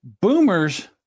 boomers